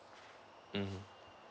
mmhmm